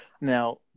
Now